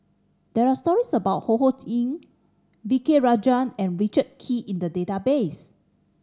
there are stories about Ho Ho Ying V K Rajah and Richard Kee in the database